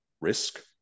risk